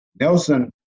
Nelson